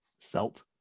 Selt